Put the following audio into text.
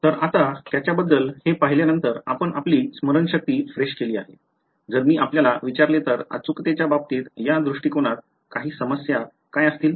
तर आता त्याच्याबद्दल हे पाहिल्यानंतर आपण आपली स्मरणशक्ती फ्रेश केली आहे जर मी आपल्याला विचारले तर अचूकतेच्या बाबतीत या दृष्टिकोनात काही समस्या काय असतील